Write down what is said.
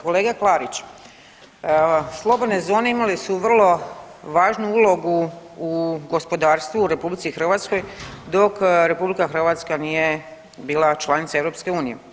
Kolega Klarić, slobodne zone imale su vrlo važnu ulogu u gospodarstvu u RH dok RH nije bila članica EU.